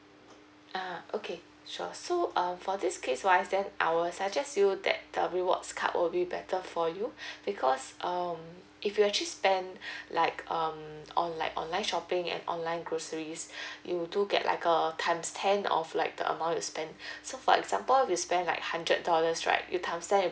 uh okay sure so um for this case wise then I will suggest you that the rewards card will be better for you because um if you actually spend like um online online shopping online groceries you do get like a times ten of like the amount you spent so for example you spent like hundred dollars right you times ten